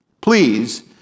please